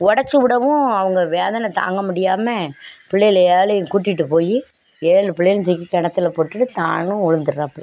உடச்சி விடவும் அவங்க வேதனை தாங்க முடியாமல் பிள்ளையால ஏழையும் கூட்டிகிட்டு போய் ஏழு பிள்ளைளும் தூக்கி கிணத்துல போட்டுவிட்டு தானும் விலுந்துறாப்புல